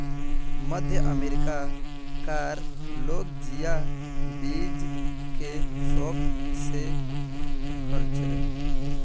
मध्य अमेरिका कार लोग जिया बीज के शौक से खार्चे